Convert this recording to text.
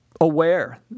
aware